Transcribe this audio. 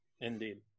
Indeed